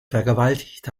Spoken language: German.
vergewaltigt